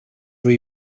drwy